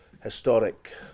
historic